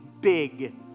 Big